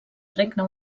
regne